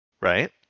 right